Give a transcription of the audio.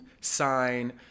sign